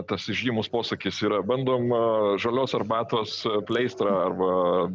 tas įžymus posakis yra bandoma žalios arbatos pleistrą arba